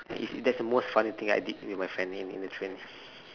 it's that's the most funny thing that I did with my friend in in the train